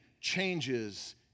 changes